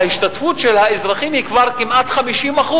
ההשתתפות של האזרחים היא כבר כמעט 50%